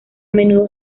menudo